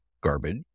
garbage